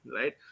right